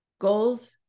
Goals